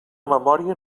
memòria